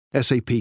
SAP